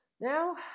Now